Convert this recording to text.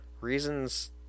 reasons